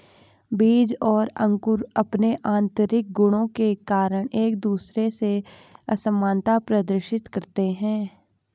बीज और अंकुर अंपने आतंरिक गुणों के कारण एक दूसरे से असामनता प्रदर्शित करते हैं